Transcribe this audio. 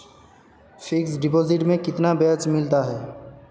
Fix deposit में कितना ब्याज मिलता है?